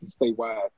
statewide